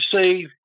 see